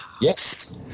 Yes